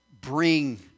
bring